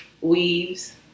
weaves